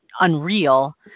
unreal